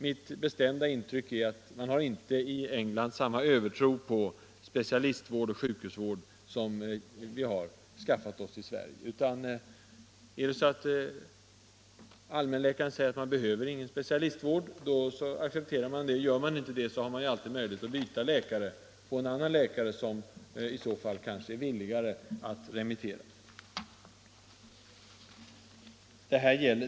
Mitt bestämda intryck är att man i England inte har samma övertro på specialistoch sjukhusvård som vi har här i Sverige. Om allmänläkaren säger att man inte behöver någon specialistvård, så accepterar man det. Och accepterar man inte, finns alltid möjlighet att byta läkare och försöka hitta en annan som är mer villig att skriva ut en remiss.